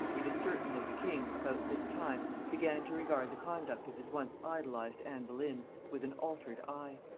it is certain that the king about this time began to regard the conduct of his once idolized anne boleyn with an altered eye.